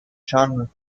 genre